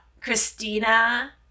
Christina